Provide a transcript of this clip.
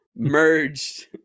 merged